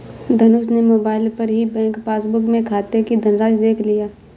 धनुष ने मोबाइल पर ही बैंक पासबुक में खाते की धनराशि देख लिया